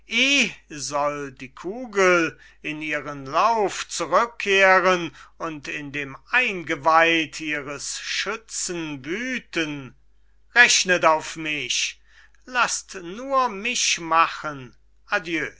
soll die kugel in ihren lauf zurückkehren und in dem eingeweid ihres schützen wüthen rechnet auf mich laßt nur mich machen adieu